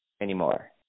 anymore